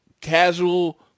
casual